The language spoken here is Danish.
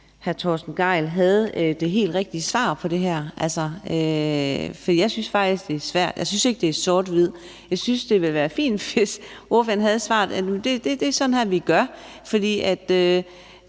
hr. Torsten Gejl havde det helt rigtige svar på det her. For jeg synes faktisk, det er svært. Jeg synes ikke, det er sort-hvidt. Jeg synes, det ville være fint, hvis ordføreren havde svaret og kunne sige: Det sådan her, vi gør. Men det